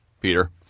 Peter